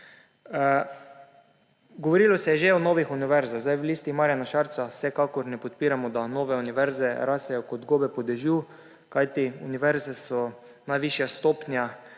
Govorilo se je že o novih univerzah. V Listi Marjana Šarca vsekakor ne podpiramo tega, da nove univerze rastejo kot gobe po dežju, kajti univerze so najvišja stopnja